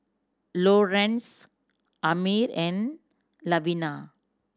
Lorenz Amir and Lavina